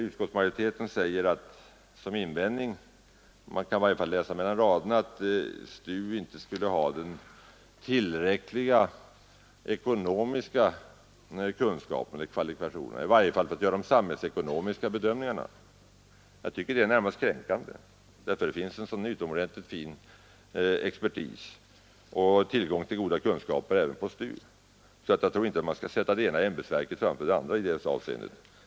Utskottsmajoriteten anför som invändning — det kan man i varje fall läsa mellan raderna — att STU inte skulle ha tillräckliga ekonomiska kunskaper eller kvalifikationer för att göra de samhällsekonomiska bedömningarna. Jag tycker det är närmast kränkande. Det finns så utomordentligt fin expertis och sådan tillgång till goda kunskaper även hos STU att jag inte tror att man skall sätta det ena ämbetsverket framför det andra i dessa avseenden.